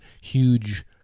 huge